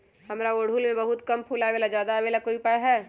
हमारा ओरहुल में बहुत कम फूल आवेला ज्यादा वाले के कोइ उपाय हैं?